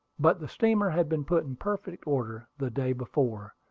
but the steamer had been put in perfect order the day before,